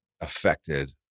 affected